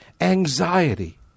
anxiety